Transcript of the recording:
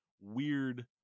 weird